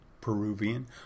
Peruvian